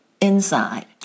inside